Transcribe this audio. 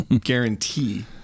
Guarantee